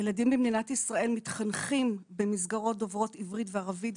הילדים במדינת ישראל מתחנכים במסגרות דוברות עברית וערבית,